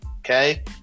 Okay